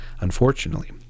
unfortunately